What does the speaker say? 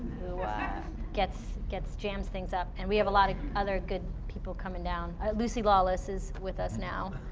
who gets gets jams things up. and we have a lot of other good people coming down. ah lucy lawless is with us now,